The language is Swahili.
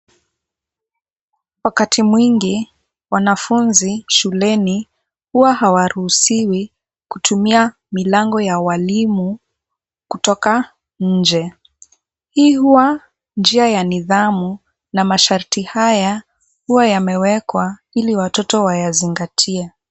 Wakati mwingi wanafunzi shuleni huwa hawaruhusiwi kutumia milango ya walimu kutoka nje. Hii huwa njia ya nidhamu na masharti haya, huwa yamewekwa ili watoto wayazingatie.